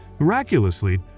Miraculously